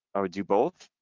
i would do both,